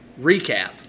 recap